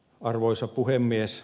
arvoisa puhemies